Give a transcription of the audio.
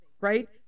right